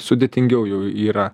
sudėtingiau jau yra